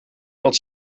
dat